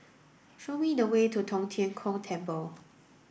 show me the way to Tong Tien Kung Temple